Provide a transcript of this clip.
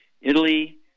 Italy